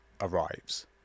arrives